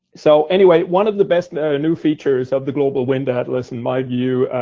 so, anyway, one of the best new new features of the global wind atlas, in my view,